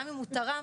גם אם הוא תרם